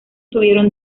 tuvieron